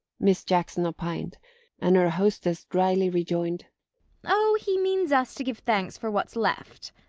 miss jackson opined and her hostess drily rejoined oh, he means us to give thanks for what's left.